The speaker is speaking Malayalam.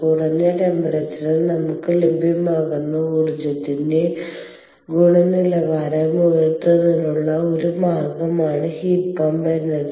കുറഞ്ഞ ടെമ്പറേച്ചറിൽ നമുക്ക് ലഭ്യമാകുന്ന ഊർജ്ജത്തിന്റെ ഗുണനിലവാരം ഉയർത്തുന്നതിനുള്ള ഒരു മാർഗമാണ് ഹീറ്റ് പമ്പ് എന്നത്